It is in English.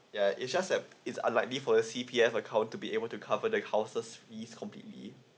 ya it's just that it's unlikely for the C_P_F account to be able to cover the houses fees completely